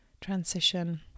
transition